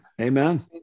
Amen